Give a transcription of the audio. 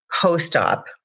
post-op